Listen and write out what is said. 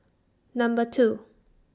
Number two